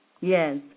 Yes